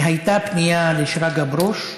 הייתה פנייה לשרגא ברוש,